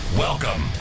Welcome